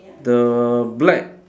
the black